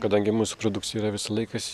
kadangi mūsų produkcija yra visą laiką